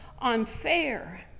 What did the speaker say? unfair